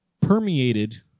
permeated